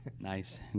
Nice